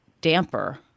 damper